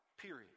Period